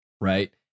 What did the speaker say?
Right